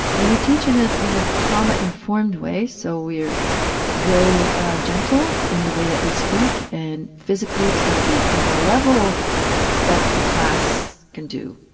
and we teach in ah in a trauma informed way so we are very gentle in the way that we speak and physically it's gonna be on the level that the class can do.